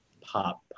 pop